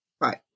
Right